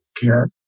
care